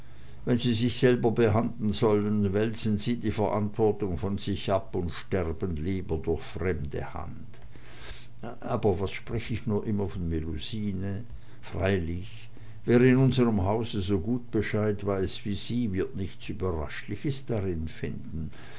wenn sie sich selber behandeln sollen wälzen sie die verantwortung von sich ab und sterben lieber durch fremde hand aber was sprech ich nur immer von melusine freilich wer in unserm hause so gut bescheid weiß wie sie wird nichts überraschliches darin finden